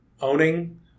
owning